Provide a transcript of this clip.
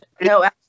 no